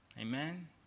Amen